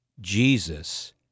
Jesus